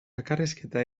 bakarrizketa